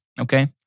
okay